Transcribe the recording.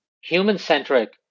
human-centric